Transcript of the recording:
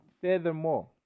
furthermore